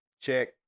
Check